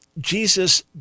Jesus